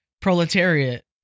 proletariat